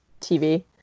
TV